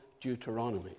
Deuteronomy